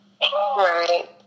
Right